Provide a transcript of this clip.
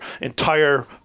entire